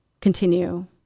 continue